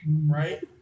right